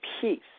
peace